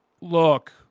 look